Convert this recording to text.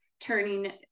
turning